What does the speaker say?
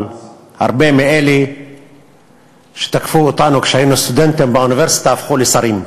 אבל הרבה מאלה שתקפו אותנו כשהיינו סטודנטים באוניברסיטה הפכו לשרים,